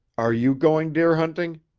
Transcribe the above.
are you going deer hunting?